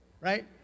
Right